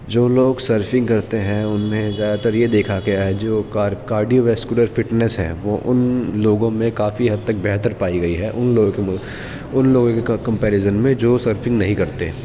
جو لوگ سرفنگ کرتے ہیں ان میں زیادہ تر یہ دیکھا گیا ہے جو کارڈیو ویسکولر فٹنس ہیں وہ ان لوگوں میں کافی حد تک بہتر پائی گئی ہے ان لوگوں کے ان لوگوں کے کمپیریزن میں جو سرفنگ نہیں کرتے